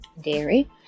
dairy